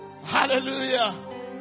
Hallelujah